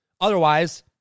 Otherwise